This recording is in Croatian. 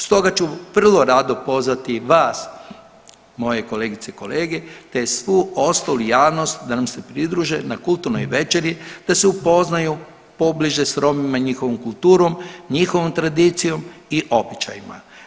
Stoga ću vrlo rado pozvati vas, moje kolegice i kolege, te svu ostalu javnost da nam se pridruže na kulturnoj večeri da se upoznaju pobliže s Romima i njihovom kulturom, njihovom tradicijom i običajima.